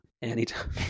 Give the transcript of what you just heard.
Anytime